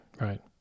right